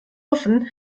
hoffen